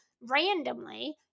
randomly